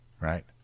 right